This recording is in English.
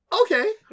okay